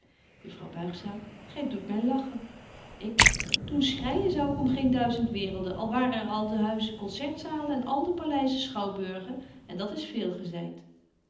juffrouw buigzaam gy doet my lachen ik doen schreijen zou ik om geen duizend waerelden al waren er al de huizen concertzalen en al de paleizen schouwburgen en dat is veel gezeit